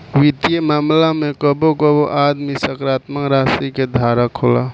वित्तीय मामला में कबो कबो आदमी सकारात्मक राशि के धारक होला